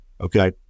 okay